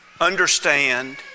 understand